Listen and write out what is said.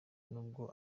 nubwo